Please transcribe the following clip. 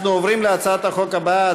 אנחנו עוברים להצעת החוק הבאה,